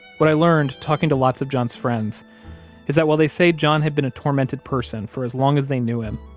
what i learned talking to lots of john's friends is that while they say john had been a tormented person for as long as they knew him,